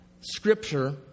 Scripture